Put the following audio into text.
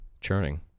churning